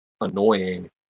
annoying